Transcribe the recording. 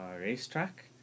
racetrack